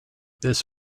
this